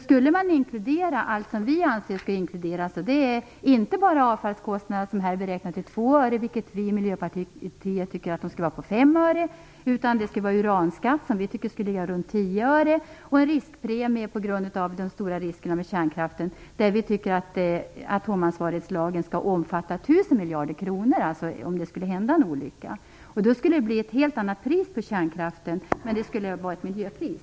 Vi anser att där bör inkluderas, inte bara avfallskostnader som är beräknade till 2 öre i stället för 5 öre som vi i Miljöpartiet tycker, utan också en uranskatt som vi tycker skall ligga runt 10 öre och en riskpremie på grund av den stora risken med kärnkraften. Vi tycker att atomansvarighetslagen skall omfatta 1 000 miljarder kronor ifall att det skulle hända en olycka. Då skulle det bli ett helt annat pris på kärnkraftselen, men det skulle vara ett miljöpris.